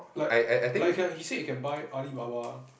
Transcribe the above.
like like can he said can buy Alibaba